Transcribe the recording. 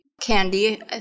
candy